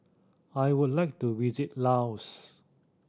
I would like to visit Laos